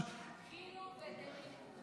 בדחילו ורחימו.